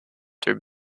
their